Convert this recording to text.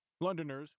Londoners